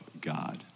God